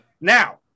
Now